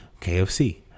kfc